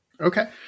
Okay